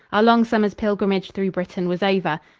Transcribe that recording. our long summer's pilgrimage through britain was over.